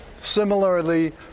similarly